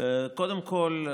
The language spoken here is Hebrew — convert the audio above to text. קודם כול,